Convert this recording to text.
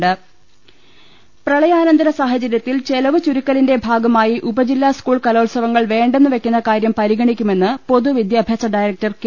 ൾ ൽ ൾ പ്രളയാനന്തര സാഹചരൃത്തിൽ ചെലവു ചുരുക്കലിന്റെ ഭാഗമായി ഉപജില്ലാ സ്കൂൾ കലോത്സവങ്ങൾ വേണ്ടെന്ന് വെക്കുന്ന കാര്യം പരിഗ ണിക്കുമെന്ന് പൊതുവിദ്യാഭ്യാസ ഡയറക്ടർ കെ